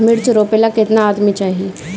मिर्च रोपेला केतना आदमी चाही?